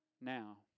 now